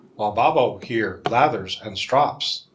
while babo here lathers and strops.